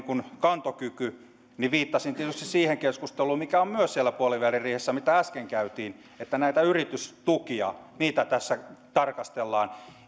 kantokyky niin viittasin tietysti siihen keskusteluun mikä on myös siellä puoliväliriihessä ja mitä äsken käytiin että yritystukia tarkastellaan